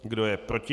Kdo je proti?